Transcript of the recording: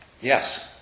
Yes